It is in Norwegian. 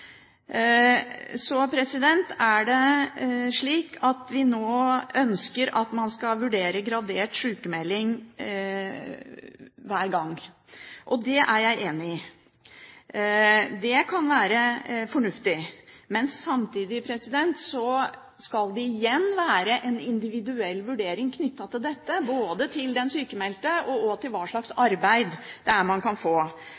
er det slik at man nå ønsker å vurdere gradert sykmelding hver gang, og det er jeg enig i. Det kan være fornuftig, men samtidig skal det igjen være en individuell vurdering knyttet til dette både av den sykmeldte og også av hva slags arbeid det er man kan få.